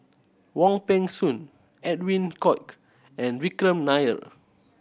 Wong Peng Soon Edwin Koek and Vikram Nair